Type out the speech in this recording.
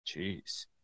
Jeez